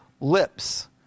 Lips